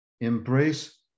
embrace